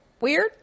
weird